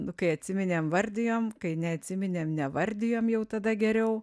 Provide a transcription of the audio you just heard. nu kai atsiminėm vardijom kai neatsiminėm nevardijom jau tada geriau